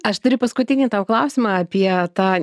aš turiu paskutinį tau klausimą apie tą